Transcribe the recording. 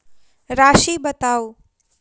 राशि बताउ